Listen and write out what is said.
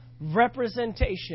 representation